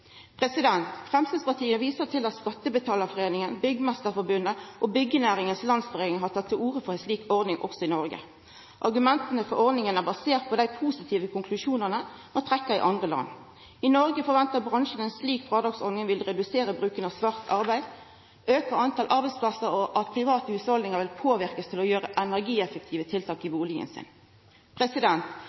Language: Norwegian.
Framstegspartiet viser til at Skattebetalerforeningen, Byggmesterforbundet og Byggenæringens Landsforening har teke til orde for ei slik ordning også i Noreg. Argumenta for ordninga er baserte på dei positive konklusjonane ein trekkjer i andre land. I Noreg ventar bransjen at ei slik frådragsordning vil redusera svart arbeid, auka talet på arbeidsplassar, og at private hushald vil bli påverka til å gjera energieffektive tiltak i